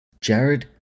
Jared